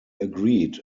agreed